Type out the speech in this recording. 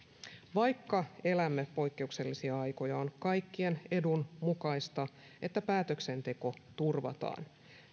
vaikka elämme poikkeuksellisia aikoja on kaikkien edun mukaista että päätöksenteko turvataan